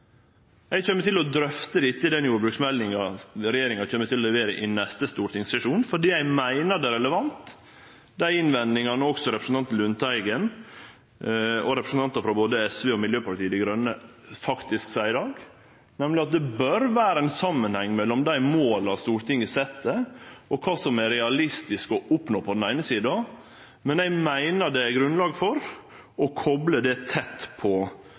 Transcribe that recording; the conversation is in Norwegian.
Eg kjem til å drøfte dette i den jordbruksmeldinga regjeringa kjem til å levere i neste stortingssesjon, fordi eg meiner dei er relevante, dei innvendingane som også representanten Lundteigen og representantar frå både SV og Miljøpartiet Dei Grøne kjem med i dag, nemleg at det bør vere ein samanheng mellom dei måla Stortinget set, og kva som er realistisk å oppnå, på den eine sida, men eg meiner det er grunnlag for å kople det tett på